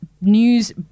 news